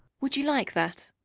would you like that?